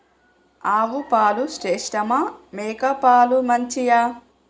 ఆవు పాలు శ్రేష్టమా మేక పాలు మంచియా?